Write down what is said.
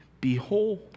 Behold